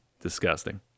disgusting